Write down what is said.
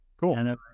Cool